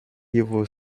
его